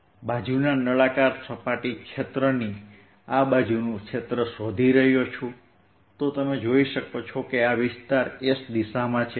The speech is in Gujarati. જો હું તે બાજુના નળાકાર સપાટી ક્ષેત્રની આ બાજુનું ક્ષેત્ર શોધી રહ્યો છું તો તમે જોઈ શકો છો કે આ વિસ્તાર S દિશામાં છે